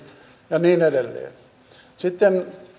ja niin edelleen sitten